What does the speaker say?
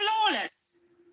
flawless